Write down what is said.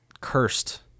cursed